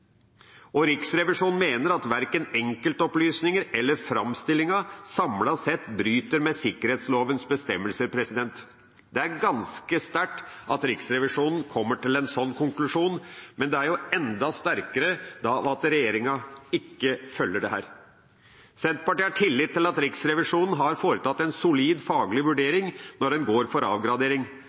til. Riksrevisjonen mener at verken enkeltopplysninger eller framstillingen samlet sett bryter med sikkerhetslovens bestemmelser. Det er ganske sterkt at Riksrevisjonen kommer til en slik konklusjon, men det blir jo enda sterkere ved at regjeringa ikke følger dette. Senterpartiet har tillit til at Riksrevisjonen har foretatt en solid faglig vurdering når de går for avgradering.